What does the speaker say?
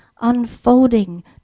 unfolding